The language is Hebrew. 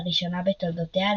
לראשונה בתולדותיה,